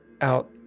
out